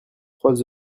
trois